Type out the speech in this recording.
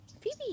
Phoebe